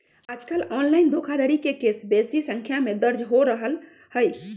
याजकाल ऑनलाइन धोखाधड़ी के केस बेशी संख्या में दर्ज हो रहल हइ